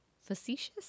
facetious